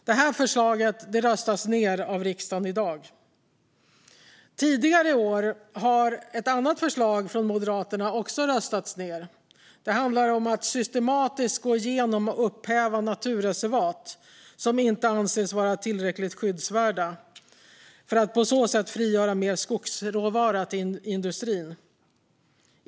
Det här förslaget röstas ned av riksdagen i dag. Tidigare i år har ett annat förslag från Moderaterna röstats ned. Det handlade om att systematiskt gå igenom och upphäva naturreservat som inte anses vara tillräckligt skyddsvärda för att på så sätt frigöra mer skogsråvara till industrin.